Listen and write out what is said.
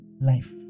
life